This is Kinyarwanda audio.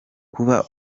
kuba